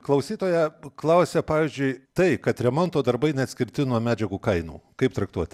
klausytoja paklausė pavyzdžiui tai kad remonto darbai neatskirti nuo medžiagų kainų kaip traktuoti